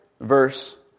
verse